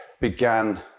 began